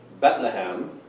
Bethlehem